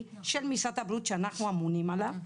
של משרד הבריאות שאנחנו אמונים עליו.